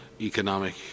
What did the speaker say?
economic